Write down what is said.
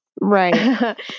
right